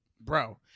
Bro